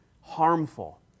harmful